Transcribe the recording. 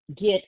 get